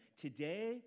today